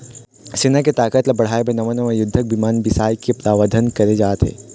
सेना के ताकत ल बढ़ाय बर नवा नवा युद्धक बिमान बिसाए के प्रावधान करे जाथे